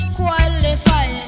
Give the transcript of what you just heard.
qualify